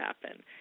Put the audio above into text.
happen